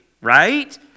right